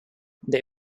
they